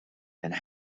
and